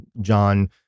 john